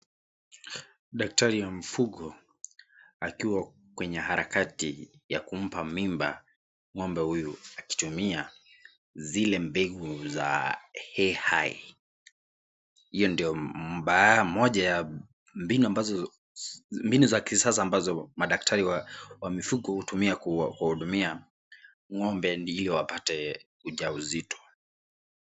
Daktari wa mifugo akiwa kwenye harakati ya kumpa mimba ng'ombe huyu akitumia zile mbegu za AI, hiyo ndo moja ya mbinu ambazo mbinu za kisasa ambazo madaktari wa mifugo hutumia kuwahudumia ngo'ombe ndio wapate ujauzito.